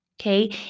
Okay